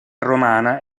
romana